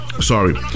Sorry